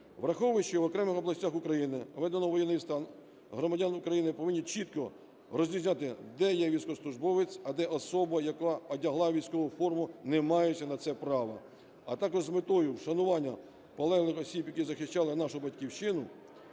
Враховуючи, що в окремих областях України введено воєнний стан, громадяни України повинні чітко розрізняти, де є військовослужбовець, а де особа, яка одягла військову форму, не маючи на це права. А також з метою вшанування полеглих осіб, які захищали нашу Батьківщину,